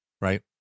right